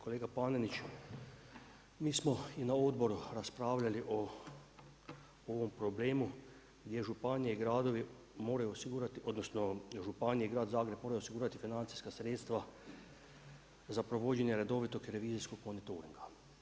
Kolega Panenić, mi smo i na odboru raspravljali o ovom problemu gdje županije i gradovi moraju osigurati odnosno županije i grad Zagreb moraju osigurati financijska sredstva za provođenje redovitog i revizijskog monitoringa.